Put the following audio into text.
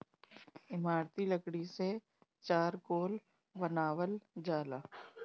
इमारती लकड़ी से चारकोल बनावल जाला